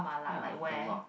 ya a lot